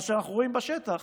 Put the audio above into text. מה שאנחנו רואים בשטח